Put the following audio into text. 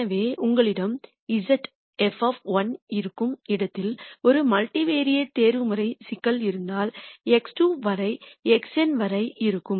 எனவே உங்களிடம் z இருக்கும் இடத்தில் ஒரு மல்டிவெரைட் தேர்வுமுறை சிக்கல் இருந்தால் x2 வரை xn வரை இருக்கும்